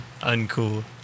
Uncool